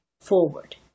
forward